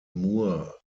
mur